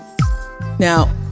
Now